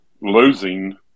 losing